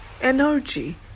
energy